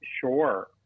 Sure